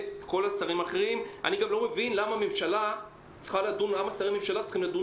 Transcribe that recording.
אני לא מבין למה שרי הממשלה צריכים לדון